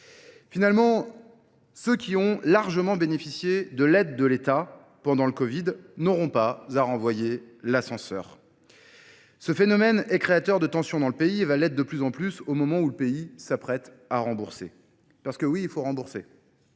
Finalement, ceux qui ont largement bénéficié de l'aide de l'État pendant le Covid n'auront pas à renvoyer l'ascenseur. Ce phénomène est créateur de tensions dans le pays et va l'être de plus en plus au moment où le pays s'apprête à rembourser. Parce que oui, il faut rembourser.